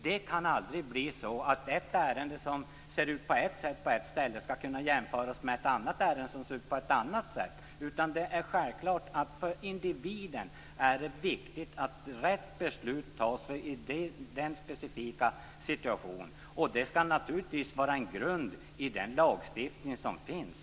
Man kan aldrig jämföra ett ärende som ser ut på ett sätt på ett ställe med ett annat ärende som ser ut på ett annat sätt. Det är självklart att för individen är det viktigt att rätt beslut fattas i den specifika situationen, och det skall naturligtvis grunda sig på den lagstiftning som finns.